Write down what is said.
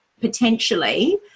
potentially